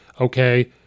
Okay